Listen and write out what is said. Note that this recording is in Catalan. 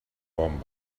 bon